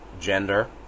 gender